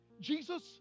Jesus